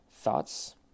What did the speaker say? thoughts